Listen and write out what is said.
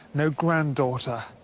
no granddaughter.